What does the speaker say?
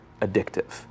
addictive